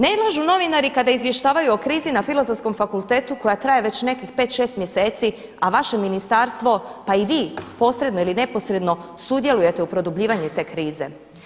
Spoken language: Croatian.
Ne lažu novinari kada izvještavaju o krizi na Filozofskom fakultetu koja traje već nekih pet, šest mjeseci a vaše ministarstvo pa i vi posredno ili neposredno sudjelujete u produbljivanju te krize.